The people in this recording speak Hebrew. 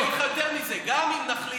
אני אגיד לך יותר מזה: גם אם נחליט